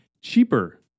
cheaper